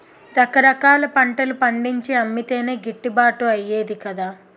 రకరకాల పంటలు పండించి అమ్మితేనే గిట్టుబాటు అయ్యేది కదా